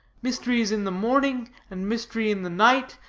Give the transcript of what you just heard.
mystery is in the morning, and mystery in the night,